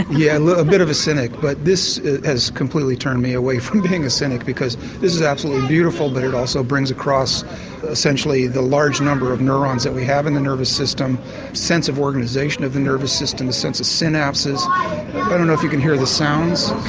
yeah, and a bit of a cynic but this has completely turned me away from being a cynic because this is absolutely beautiful but it also brings across essentially the large number of neurons that we have in the nervous system. the sense of organisation of the nervous system, the sense of synapses i don't know if you can hear the sounds?